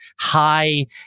high